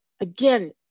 again